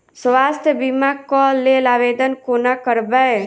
स्वास्थ्य बीमा कऽ लेल आवेदन कोना करबै?